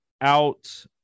out